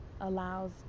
allows